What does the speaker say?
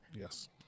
Yes